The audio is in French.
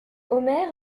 omer